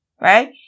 right